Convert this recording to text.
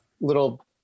little